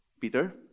Peter